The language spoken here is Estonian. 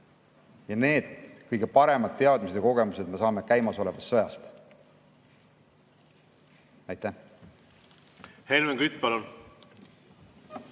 saada. Kõige paremad teadmised ja kogemused me saame käimasolevast sõjast. Aitäh selle küsimuse